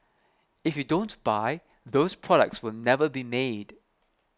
if you don't buy those products will never be made